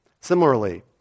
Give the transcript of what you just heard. Similarly